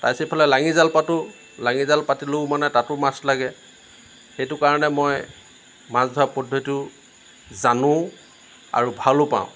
তাৰ পিছত ইফালে লাঙি জাল পাতোঁ লাঙি জাল পাতিলেও মানে তাতো মাছ লাগে সেইটো কাৰণে মই মাছ ধৰা পদ্ধতিটো জানোও আৰু ভালো পাওঁ